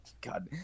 God